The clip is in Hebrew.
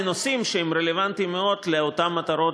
לנושאים שהם רלוונטיים מאוד לאותן מטרות